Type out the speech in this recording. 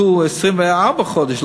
שאנשי ישיבות ההסדר ישרתו 24 חודש,